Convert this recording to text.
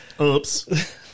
Oops